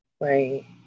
right